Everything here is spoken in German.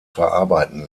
verarbeiten